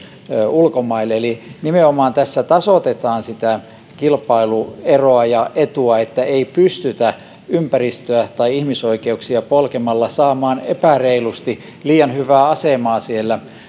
ulkomaille eli nimenomaan tässä tasoitetaan sitä kilpailueroa ja etua että ei pystytä ympäristöä tai ihmisoikeuksia polkemalla saamaan epäreilusti liian hyvää asemaa siellä